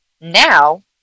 Now